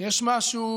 יש משהו